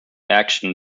action